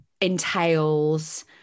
entails